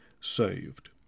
saved